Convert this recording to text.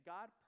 God